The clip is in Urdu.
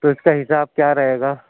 تو اِس کا حساب کیا رہے گا